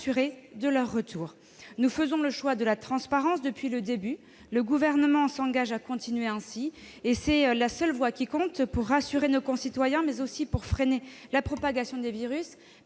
de leur retour. Nous faisons le choix de la transparence depuis le début. Le Gouvernement s'engage à continuer ainsi. C'est la seule voie valable, non seulement pour rassurer nos concitoyens, mais aussi pour freiner la propagation du virus.